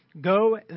Go